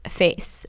face